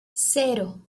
cero